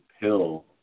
pill